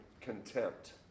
contempt